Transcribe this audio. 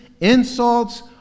insults